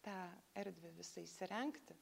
tą erdvę visą įsirengti